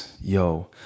yo